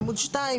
בעמוד 2,